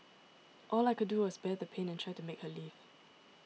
all I like do was bear the pain and try to make her leave